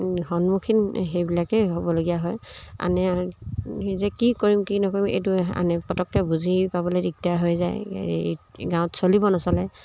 সন্মুখীন সেইবিলাকেই হ'বলগীয়া হয় আনে যে কি কৰিম কি নকৰিম এইটো আনে পটককৈ বুজি পাবলৈ দিগদাৰ হৈ যায় গাঁৱত চলিব নচলে